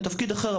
לתפקיד אחר,